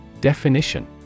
Definition